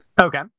Okay